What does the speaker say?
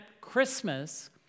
christmas